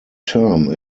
term